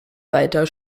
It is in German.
weiter